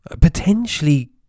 potentially